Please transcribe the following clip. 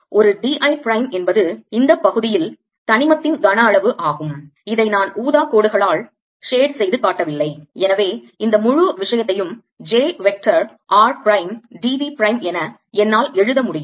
ஒரு d I prime என்பது இந்த பகுதியில் கூறின் தனிமத்தின் கனஅளவு ஆகும் இதை நான் ஊதா கோடுகளால் ஷேடு செய்து காட்டவில்லை எனவே இந்த முழு விஷயத்தையும் j vector r prime d v prime என என்னால் எழுத முடியும்